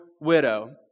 widow